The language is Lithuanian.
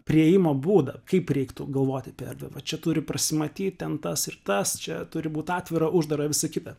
priėjimo būdą kaip reiktų galvoti apie erdvę va čia turi prasimatyt ten tas ir tas čia turi būt atvira uždara visa kita